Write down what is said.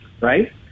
right